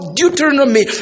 Deuteronomy